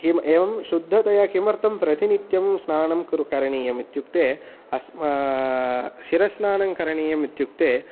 एव एवम् शुद्धतया किमर्थं प्रतिनित्यं स्नानं करणीयमित्युक्ते अस् शिरस्नानं करणीयमित्युक्ते